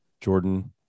Jordan